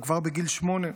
הוא כבר גיל שמונה,